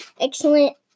excellent